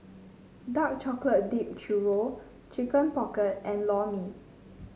Dark Chocolate Dipped Churro Chicken Pocket and Lor Mee